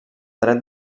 dret